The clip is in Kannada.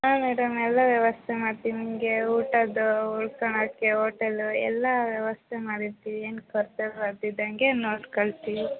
ಹಾಂ ಮೇಡಮ್ ಎಲ್ಲ ವ್ಯವಸ್ಥೆ ಮಾಡ್ತೀವಿ ನಿಮಗೆ ಊಟದ್ದು ಉಳ್ಕಳಕ್ಕೆ ಓಟೆಲು ಎಲ್ಲ ವ್ಯವಸ್ಥೆ ಮಾಡಿರ್ತೀವಿ ಏನೂ ಕೊರತೆ ಬರದಿದ್ದಂಗೆ ನೋಡ್ಕೊಳ್ತೀವಿ